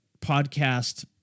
podcast